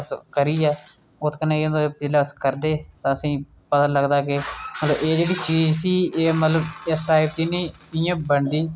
ते ओह् सुखे पीले पत्ते न आक्खदे न जेह्ड़े कि अस नमें पत्ते दा मुकाबला करचै ओह् करी निं सकदे इस च इस पाने दे च कीर्ति चौधरी होर आक्खना चाहंदियां न कि